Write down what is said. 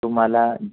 तुम्हाला